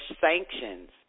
sanctions